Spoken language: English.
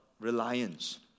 reliance